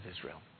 Israel